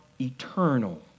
eternal